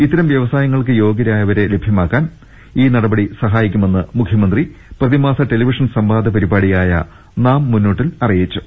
ഇത്തരം വൃവിസായങ്ങൾക്ക് യോഗൃ രായവരെ ലഭ്യമാക്കാൻ നടപടി സഹായിക്കുമെന്ന് മുഖ്യമന്ത്രി പ്രതിമാസ ടെലിവിഷൻ സംവാദ പരിപാടിയായ നാം മുന്നോട്ടിൽ അറിയിച്ചു